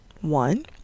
One